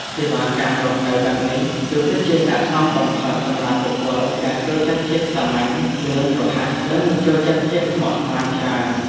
សេវាកម្មរស់នៅបែបនេះគឺពិតជាស័ក្តិសមបំផុតសម្រាប់បុគ្គលដែលចូលចិត្តភាពសាមញ្ញលឿនរហ័សនិងមិនចូលចិត្តភាពស្មុគស្មាញច្រើន។